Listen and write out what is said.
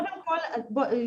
קודם כל אז בואי,